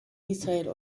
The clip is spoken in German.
israel